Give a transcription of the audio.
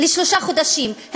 שלושה חודשים,